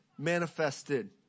manifested